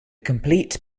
complete